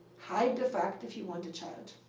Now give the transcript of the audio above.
hide the fact if you want a child.